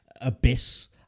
Abyss